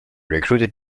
recruited